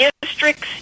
districts